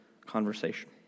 conversation